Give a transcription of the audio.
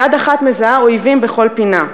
יד אחת מזהה אויבים בכל פינה,